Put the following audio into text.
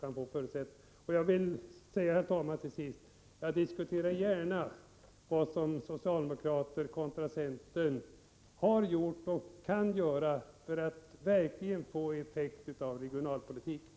Till sist vill jag, herr talman, säga följande: Jag diskuterar gärna vad socialdemokraterna resp. centern har gjort och kan göra för att regionalpolitiken verkligen skall få effekt.